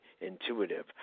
intuitive